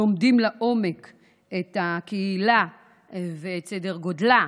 לומדים לעומק את הקהילה ואת סדר הגודל שלה,